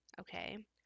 Okay